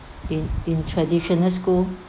in in traditional school